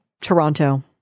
Toronto